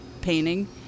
painting